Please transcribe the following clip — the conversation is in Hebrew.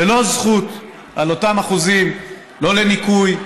ללא זכות על אותם אחוזים לא לניכוי,